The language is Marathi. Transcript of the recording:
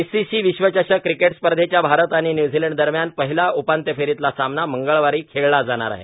आयसीसी क्रिकेट विश्वचषक स्पर्धेच्या भारत आणि न्यूझीलंड दरम्यान पहिला उपांत्य फेरीतला सामना मंगळवारी खेळला जाणार आहे